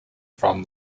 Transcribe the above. from